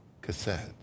cassette